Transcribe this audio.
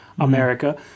america